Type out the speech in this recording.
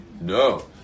No